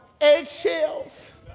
eggshells